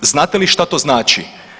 Znate li što to znači.